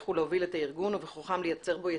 ולהוביל את הארגון ובכוחם לייצר בו יציבות.